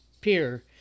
peer